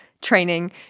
training